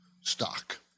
stock